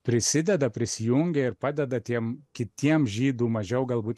prisideda prisijungia ir padeda tiem kitiem žydų mažiau galbūt